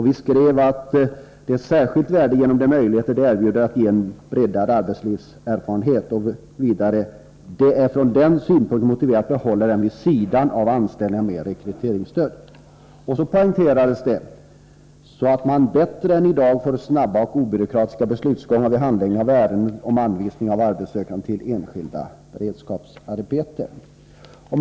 Vi skrev att det är särskilt värdefullt på grund av de möjligheter beredskapsarbetena erbjuder när det gäller en breddning av arbetslivserfarenheterna. Vidare skrev vi att det från den synpunkten är motiverat att behålla dem vid sidan av anställningar med rekryteringsstöd. Det poängterades att man därigenom skulle få snabba och obyråkratiska beslutsgångar vid handläggning av ärenden om anvisning av arbetssökande till enskilda beredskapsarbeten.